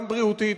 גם בריאותית,